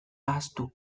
ahaztu